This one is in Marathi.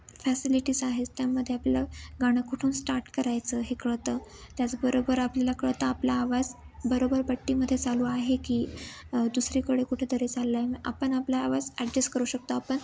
फॅसिलिटीज आहेत त्यामध्ये आपल्याला गाणं कुठून स्टार्ट करायचं हे कळतं त्याचबरोबर आपल्याला कळतं आपला आवाज बरोबर पट्टीमध्ये चालू आहे की दुसरीकडे कुठे तरी चालला आहे आपण आपला आवाज ॲडजेस्ट करू शकतो आपण